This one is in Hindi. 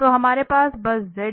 तो हमारे पास बस z है